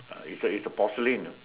uh is is a porcelain